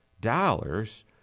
dollars